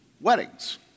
weddings